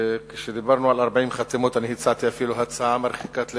וכשדיברנו על 40 חתימות אני הצעתי אפילו הצעה מרחיקת לכת,